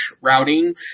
routing